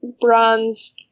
bronze